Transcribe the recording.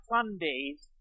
Sunday's